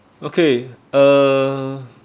okay uh